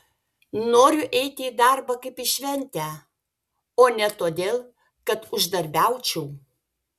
noriu eiti į darbą kaip į šventę o ne todėl kad uždarbiaučiau